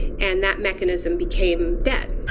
and that mechanism became debt.